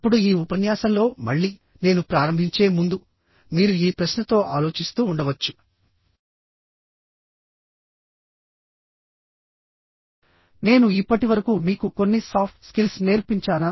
ఇప్పుడు ఈ ఉపన్యాసంలో మళ్ళీ నేను ప్రారంభించే ముందు మీరు ఈ ప్రశ్నతో ఆలోచిస్తూ ఉండవచ్చుఃనేను ఇప్పటివరకు మీకు కొన్ని సాఫ్ట్ స్కిల్స్ నేర్పించానా